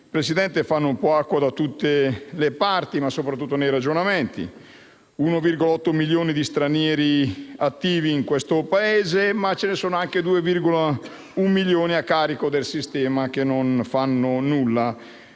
suoi conti fanno acqua da tutte le parti e soprattutto i suoi ragionamenti. Ci sono 1,8 milioni di stranieri attivi in questo Paese, ma ce ne sono anche 2,1 milioni a carico del sistema che non fanno nulla.